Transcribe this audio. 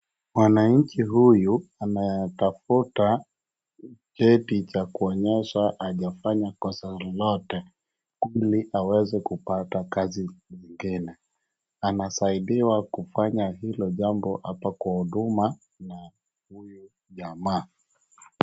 Mwananchi huyu anatafuta cheti cha kuonyesha hajafanya kosa lolote ili aweze kupata kazi nyingine. Anasaidiwa kufanya hilo jambo hapa kwa huduma na huyu jamaa.